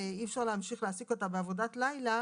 אי אפשר להמשיך להעסיק אותה בעבודת לילה